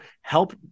help